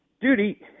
duty